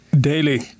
Daily